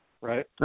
right